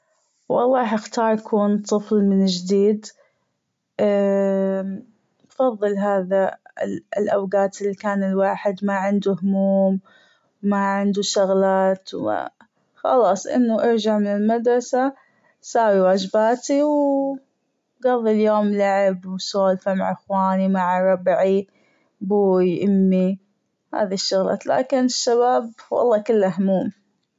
والله راح أختار كون طفل من جديد بفضل هذا الأوقات اللي كان الواحد ماعنده هموم ماعنده شغلات وخلاص أنه أرجع من المدرسة بساوي واجباتي وبقضي اليوم لعب مسولفة مع أخواني مع ربعي أبوي أمي لكن الشباب والله كله هموم.